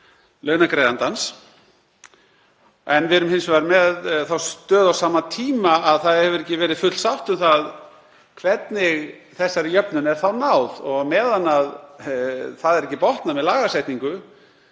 launagreiðandans. Við erum hins vegar með þá stöðu á sama tíma að ekki hefur verið full sátt um það hvernig þessari jöfnun er þá náð og á meðan það er ekki botnað með lagasetningu